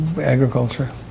agriculture